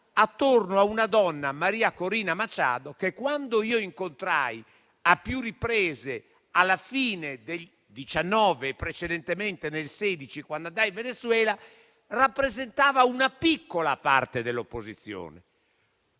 attorno a una donna, Maria Corina Machado, che quando io incontrai a più riprese alla fine del 2019 e precedentemente nel 2016, quando andai in Venezuela, rappresentava una piccola parte dell'opposizione.